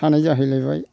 थानाय जाहैलायबाय